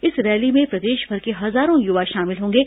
इस रैली में प्रदेशभर के हजारों युवा शामिल होंगे